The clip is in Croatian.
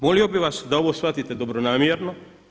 Molio bih vas da ovo shvatite dobronamjerno.